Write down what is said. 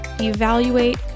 evaluate